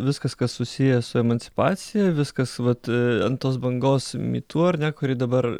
viskas kas susiję su emancipacija viskas vat ant tos bangos mi tu ar ne kuri dabar